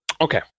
Okay